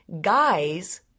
guys